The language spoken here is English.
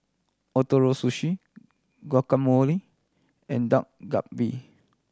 Ootoro Sushi Guacamole and Dak Galbi